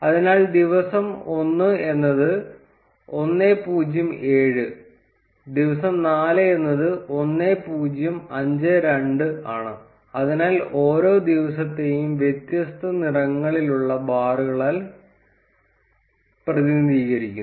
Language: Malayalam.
അതിനാൽ ദിവസം 1 എന്നത് 1 0 7 ദിവസം 4 എന്നത് 1 0 5 2 ആണ് അതിനാൽ ഓരോ ദിവസത്തെയും വ്യത്യസ്ത നിറങ്ങളിലുള്ള ബാറുകളാൽ പ്രതിനിധീകരിക്കുന്നു